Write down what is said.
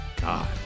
God